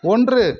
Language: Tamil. ஒன்று